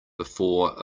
before